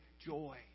joy